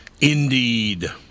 Indeed